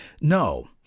No